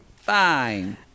Fine